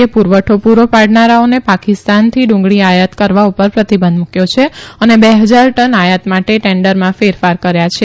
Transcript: એ પુરવઠો પુરો પાડનારાઓને પાકિસ્તાનથી ડુંગળી આયાત કરવા પર પ્રતિબંધ મુકયો છે અને બે હજાર ટન આયાત માટે ટેન્ડરમાં ફેરફાર કર્યા છે